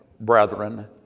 Brethren